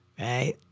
right